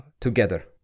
together